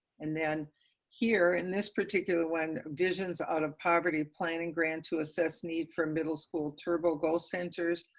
and then here in this particular one visions out of poverty planned and grant to assess need for middle school turbo goal centers,